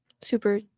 super